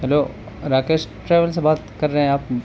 hello Rakesh travel سے بات کر رہے ہیں آپ